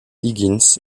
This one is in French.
higgins